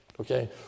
Okay